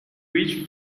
wish